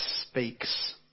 speaks